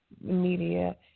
media